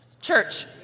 Church